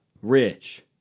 Rich